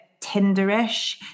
Tinderish